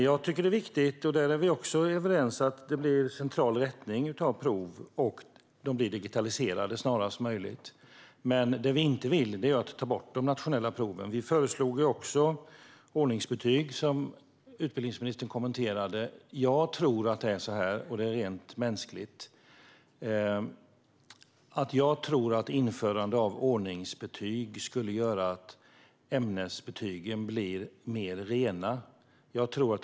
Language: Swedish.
Jag och Gustav Fridolin är överens om att det är viktigt med central rättning av prov och att de blir digitaliserade snarast möjligt. Men vi vill inte att de nationella proven tas bort. Vi föreslår också ordningsbetyg, vilket utbildningsministern kommenterade. Jag tror att ordningsbetyg skulle leda till mer rena ämnesbetyg.